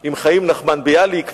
עם חיים נחמן ביאליק ואחרים.